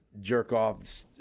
jerk-off